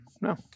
No